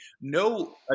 No